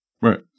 Right